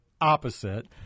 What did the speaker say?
opposite